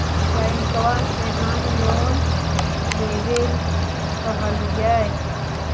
बैंकवा से हम लोन लेवेल कहलिऐ?